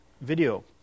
video